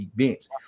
events